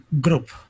group